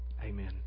Amen